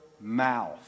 mouth